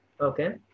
Okay